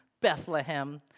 Bethlehem